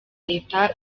leta